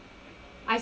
I